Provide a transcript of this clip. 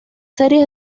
series